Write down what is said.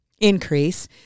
increase